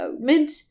mint